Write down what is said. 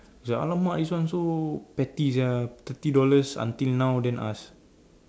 ya alamak this one so petty sia thirty dollars until now then ask